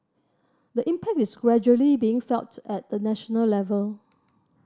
the impact is gradually being felt at the national level